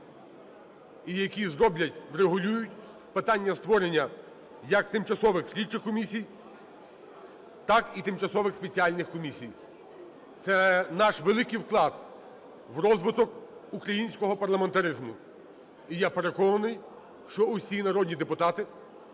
і які зроблять, врегулюють питання створення як тимчасових слідчих комісій, так і тимчасових спеціальних комісій. Це наш великий вклад в розвиток українського парламентаризму. І я переконаний, що всі народні депутати